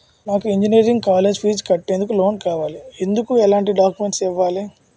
నాకు engineering college fees కట్టేందుకు loan కావాలి, ఎందుకు ఎలాంటి డాక్యుమెంట్స్ ఇవ్వాలి?